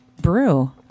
brew